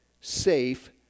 safe